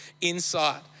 inside